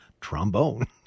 trombone